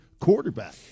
quarterback